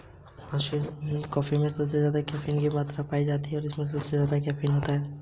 पिताजी ने अथक मेहनत कर के निजी ऋण की सम्पूर्ण राशि समय से पहले चुकता कर दी